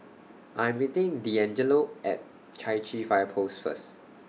I Am meeting Deangelo At Chai Chee Fire Post First